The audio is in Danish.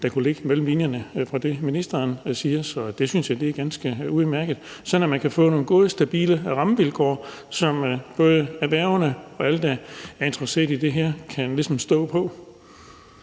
hørte kunne ligge mellem linjerne i det, ministeren sagde. Så det synes jeg er ganske udmærket, sådan at man kan få nogle gode, stabile rammevilkår, som både erhvervene og alle, der er interesseret i det her, kan stå på.